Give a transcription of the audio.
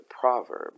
proverb